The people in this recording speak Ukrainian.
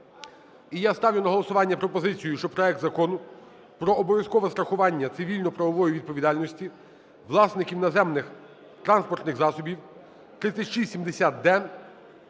я ставлю на голосування пропозицію, що проект Закону про обов'язкове страхування цивільно-правової відповідальності власників наземних транспортних засобів (3670-д)